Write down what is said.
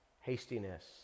hastiness